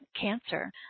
cancer